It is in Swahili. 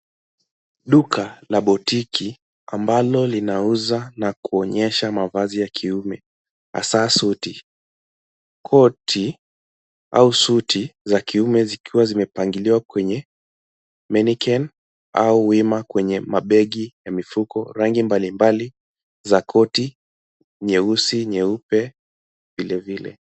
Duka la butiki ambalo linauza na kuonyesha mavazi ya kiume hasa suti, koti au suti za kiume zikiwa zimepangiliwa kwenye mannequin au wima kwenye mabegi ya mifuko rangi mbali mbali za koti nyeusi, nyeupe vile vile.